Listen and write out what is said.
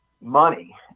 money